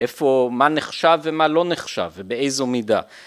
איפה, מה נחשב ומה לא נחשב ובאיזו מידה.